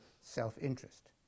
self-interest